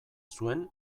zuen